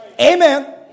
Amen